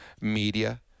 media